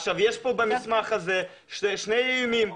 יש פה במסמך הזה שני איומים,